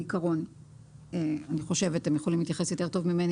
בעיקרון אני חושבת - גורמי המקצוע יכולים להתייחס טוב ממני